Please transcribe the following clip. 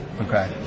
Okay